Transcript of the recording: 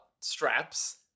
straps